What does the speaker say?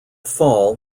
fall